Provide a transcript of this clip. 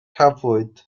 cafwyd